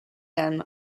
them